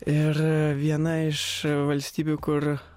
ir viena iš valstybių kur